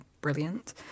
brilliant